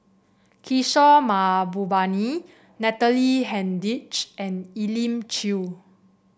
Kishore Mahbubani Natalie Hennedige and Elim Chew